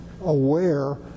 aware